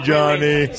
Johnny